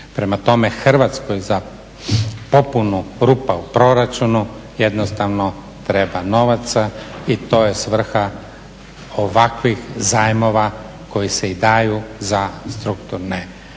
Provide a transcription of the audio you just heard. Prema tome, Hrvatskoj za popunu rupa u proračunu jednostavno treba novaca i to je svrha ovakvih zajmova koji se i daju za strukturne